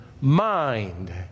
mind